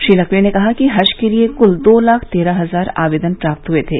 श्री नकवी ने कहा कि हज के लिए कुल दो लाख तेरह हजार आवेदन प्राप्त हुए थे